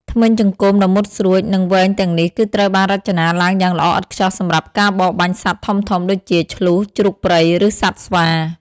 ធ្មេញចង្កូមដ៏មុតស្រួច និងវែងទាំងនេះគឺត្រូវបានរចនាឡើងយ៉ាងល្អឥតខ្ចោះសម្រាប់ ការបរបាញ់សត្វធំៗ ដូចជា ឈ្លូស ជ្រូកព្រៃ ឬសត្វស្វា។